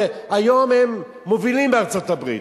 והיום הם מובילים בארצות-הברית.